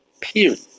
Period